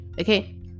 okay